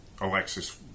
Alexis